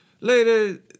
Later